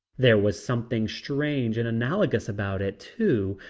there was something strange and analogous about it, too,